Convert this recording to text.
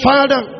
Father